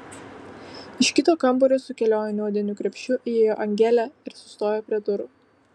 iš kito kambario su kelioniniu odiniu krepšiu įėjo angelė ir sustojo prie durų